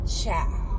Ciao